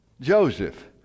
Joseph